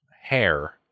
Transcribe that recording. hair